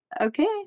Okay